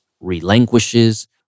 relinquishes